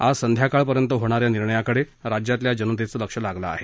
आज संध्याकाळपर्यंत होणाऱ्या निर्णयाकडे राज्यातील जनतेचे लक्ष लागले आहे